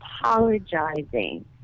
apologizing